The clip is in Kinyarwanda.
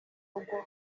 rugo